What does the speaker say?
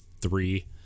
three